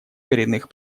коренных